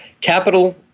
capital